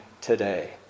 today